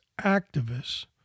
activists